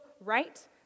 right